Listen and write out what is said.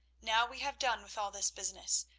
now we have done with all this business.